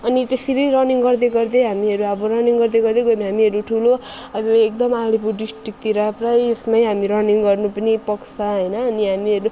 अनि त्यसरी रनिङ गर्दै गर्दै हामीहरू अब रनिङ गर्दै गर्दै गयौँ भने हामीहरू ठुलो अब एकदम अलिपुर डिस्ट्रिकतिर पुरै उसमै हामी रनिङ गर्नु पनि पाउँछ होइन अनि हामीहरू